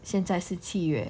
现在是七月